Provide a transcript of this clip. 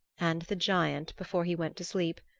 and the giant, before he went to sleep,